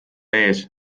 ees